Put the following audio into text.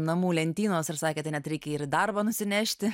namų lentynos ir sakė tai net reikia ir į darbą nusinešti